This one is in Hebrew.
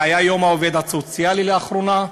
והיה יום העובד הסוציאלי לאחרונה,